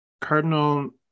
Cardinal